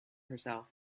herself